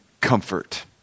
comfort